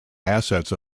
assets